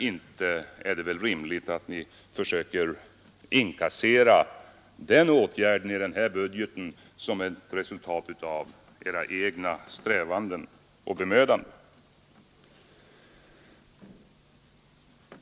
Inte är det väl rimligt att ni försöker inkassera den åtgärden i er budget som ett resultat av era egna strävanden och bemödanden.